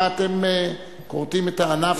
מה אתם כורתים את הענף,